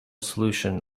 solution